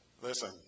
Listen